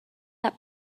that